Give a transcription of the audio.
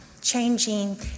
changing